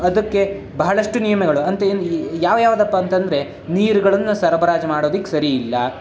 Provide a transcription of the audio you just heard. ಅದಕ್ಕೆ ಬಹಳಷ್ಟು ನಿಯಮಗಳು ಅಂತ ಯಾವ್ಯಾವುದಪ್ಪ ಅಂತಂದರೆ ನೀರುಗಳನ್ನ ಸರಬರಾಜು ಮಾಡೋದಕ್ಕೆ ಸರಿ ಇಲ್ಲ